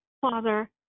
Father